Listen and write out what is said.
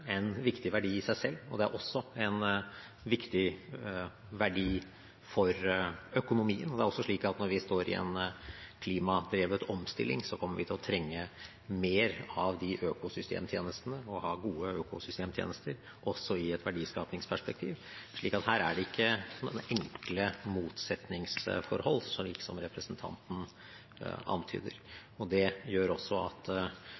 en viktig verdi i seg selv, og det er også en viktig verdi for økonomien. Og det er også slik at når vi står i en klimadrevet omstilling, så kommer vi til å trenge mer av de økosystemtjenestene, å ha gode økosystemtjenester også i et verdiskapingsperspektiv. Så her er det ikke noen enkle motsetningsforhold, slik som representanten antyder. Det gjør også at